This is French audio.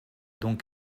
donc